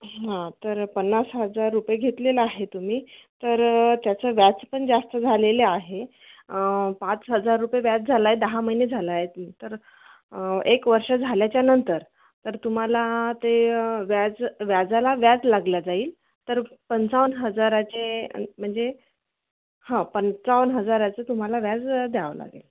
हां तर पन्नास हजार रुपये घेतलेलं आहे तुम्ही तर त्याचं व्याज पण जास्त झालेले आहे पाच हजार रुपये व्याज झाला आहे दहा महिने झाला आहे ते तर एक वर्ष झाल्याच्या नंतर तर तुम्हाला ते व्याज व्याजाला व्याज लागला जाईल तर पंचावन्न हजाराचे म्हणजे हं पंचावन्न हजाराचं तुम्हाला व्याज द्यावं लागेल